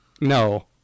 No